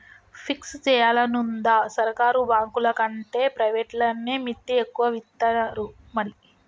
fix జేయాలనుందా, సర్కారు బాంకులకంటే ప్రైవేట్లనే మిత్తి ఎక్కువిత్తరు మరి